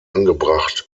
angebracht